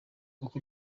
uko